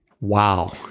wow